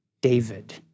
David